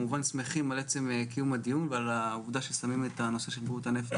והדיון הקודם על בתי החולים הציבוריים,